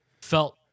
felt